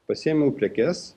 pasiėmiau prekes